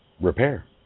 Repair